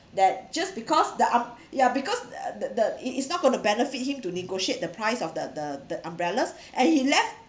that just because the umb~ ya because the the the it is not gonna benefit him to negotiate the price of the the the umbrellas and he left